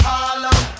Harlem